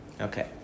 Okay